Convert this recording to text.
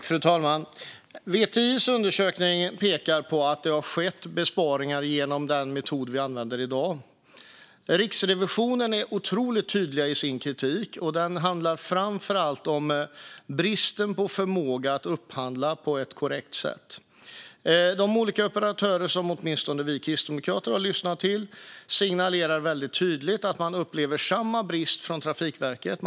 Fru talman! VTI:s undersökning pekar på att det har skett besparingar genom den metod som vi använder i dag. Riksrevisionen är otroligt tydlig i sin kritik. Den handlar framför allt om bristen på förmåga att upphandla på ett korrekt sätt. De olika operatörer som åtminstone vi kristdemokrater har lyssnat till signalerar väldigt tydligt att de upplever samma brist från Trafikverket.